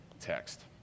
text